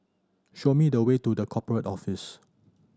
show me the way to The Corporate Office